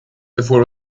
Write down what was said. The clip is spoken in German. bevor